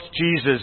Jesus